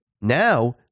Now